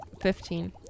Fifteen